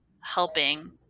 helping